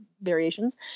variations